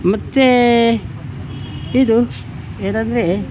ಮತ್ತು ಇದು ಏನೆಂದ್ರೆ